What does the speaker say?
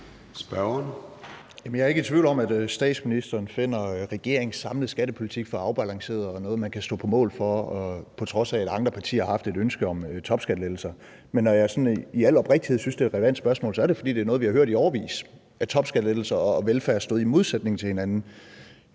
jeg er ikke i tvivl om, at statsministeren finder regeringens samlede skattepolitik afbalanceret og synes, det er noget, man kan stå på mål for, på trods af at andre partier har haft et ønske om topskattelettelser. Men når jeg sådan i al oprigtighed synes, det er et relevant spørgsmål, er det, fordi vi har hørt i årevis, at topskattelettelser og velfærd stod i modsætning til hinanden.